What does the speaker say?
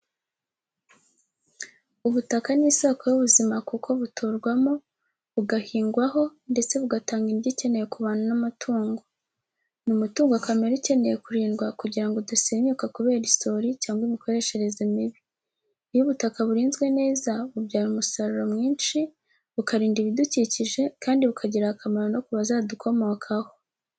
Ubutaka ni isoko y'buzima kuko buturwamo, bugahingwaho ndetse bugatanga indyo ikenewe ku bantu n’amatungo. Ni umutungo kamere ukeneye kurindwa kugira ngo udasenyuka kubera isuri cyangwa imikoreshereze mibi. Iyo ubutaka burinzwe neza, bubyara umusaruro mwinshi, bukarinda ibidukikije, kandi bukagirira akamaro no ku bazadukomokaho.